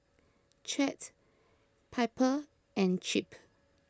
Chet Piper and Chip